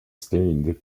stained